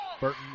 Burton